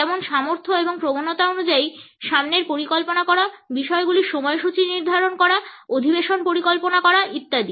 যেমন সামর্থ্য এবং প্রবণতা অনুযায়ী সামনের পরিকল্পনা করা বিষয়গুলির সময়সূচী নির্ধারণ করা অধিবেশন পরিকল্পনা করা ইত্যাদি